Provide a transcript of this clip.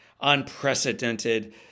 unprecedented